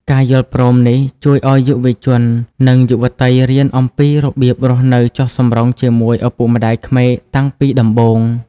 ការយល់ព្រមនេះជួយឱ្យយុវជន និងយុវតីរៀនអំពីរបៀបរស់នៅចុះសម្រុងជាមួយឪពុកម្ដាយក្មេកតាំងពីដំបូង។